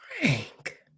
Frank